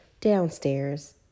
downstairs